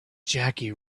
jackie